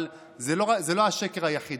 אבל זה לא היה השקר היחיד,